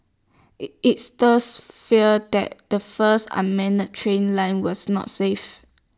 IT it stirred fears that the first unmanned train line was not safe